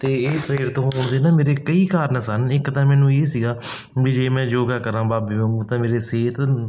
ਅਤੇ ਇਹ ਪ੍ਰੇਰਿਤ ਹੋਣ ਦੇ ਨਾ ਮੇਰੇ ਕਈ ਕਾਰਨ ਸਨ ਇੱਕ ਤਾਂ ਮੈਨੂੰ ਇਹ ਸੀਗਾ ਵੀ ਜੇ ਮੈਂ ਯੋਗਾ ਕਰਾਂ ਬਾਬੇ ਵਾਂਗੂ ਤਾਂ ਮੇਰੇ ਸਿਹਤ ਨੂੰ